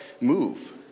move